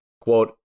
quote